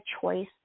choice